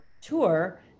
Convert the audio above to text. tour